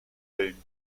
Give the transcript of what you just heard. del